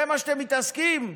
זה מה שאתם מתעסקים בו?